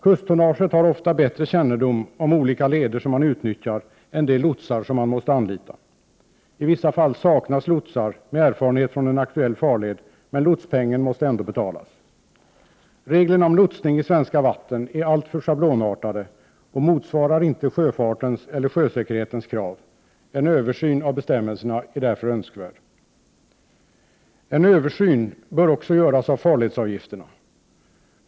Kusttonnagets personal har ofta bättre kännedom om olika leder än de lotsar som man måste anlita. I vissa fall saknas lotsar med erfarenhet av en aktuell farled, men lotspengarna måste ändå betalas. Reglerna om lotsning i svenska vatten är alltför schablonartade och motsvarar inte sjöfartens eller sjösäkerhetens krav. En översyn av bestämmelserna är därför önskvärd. En översyn bör också göras av farledsavgifterna.